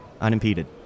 unimpeded